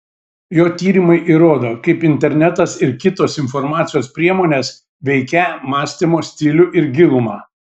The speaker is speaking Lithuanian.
jo tyrimai įrodo kaip internetas ir kitos informacijos priemonės veikią mąstymo stilių ir gilumą